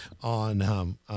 on